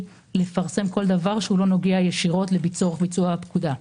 לפרסם כל דבר שלא נוגע ישירות לצורך ביצע הפקודה,